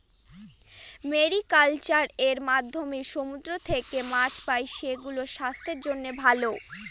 mariculture এর মাধ্যমে সমুদ্র থেকে মাছ পাই, সেগুলো স্বাস্থ্যের জন্য ভালো